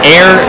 Air